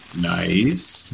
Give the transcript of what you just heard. nice